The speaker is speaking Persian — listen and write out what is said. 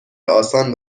آسان